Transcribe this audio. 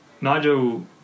Nigel